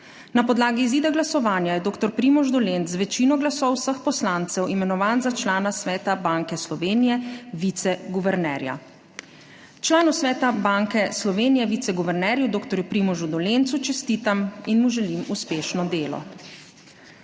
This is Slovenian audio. Na podlagi izida glasovanja je dr. Primož Dolenc z večino glasov vseh poslancev imenovan za člana Sveta Banke Slovenije - viceguvernerja. Članu Sveta Banke Slovenije - viceguvernerju dr. Primožu Dolencu čestitam in mu želim uspešno delo.